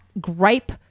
gripe